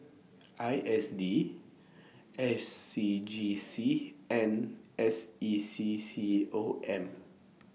I S D S C G C and S E C C O M